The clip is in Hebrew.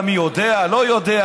אתה יודע,